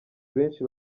benshi